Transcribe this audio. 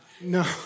No